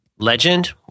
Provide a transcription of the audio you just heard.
Legend